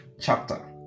chapter